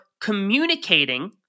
communicating